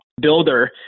builder